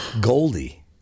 Goldie